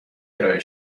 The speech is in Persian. ارائه